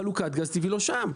חלוקת גז טבעי לא שם.